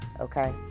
okay